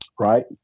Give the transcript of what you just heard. Right